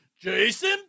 Jason